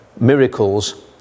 miracles